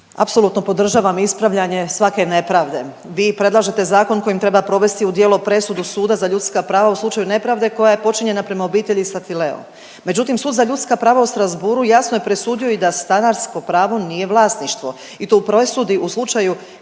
Apsolutno podržavam ispravljanje svake nepravde. Vi predlažete zakon kojim treba provesti u djelo presudu Suda za ljudska prava u slučaju nepravde koja je počinjena prema obitelji Statileo. Međutim, Sud za ljudska prava u Strasbourgu jasno je presudio i da stanarsko pravo nije vlasništvo i to u presudu u slučaju Kristine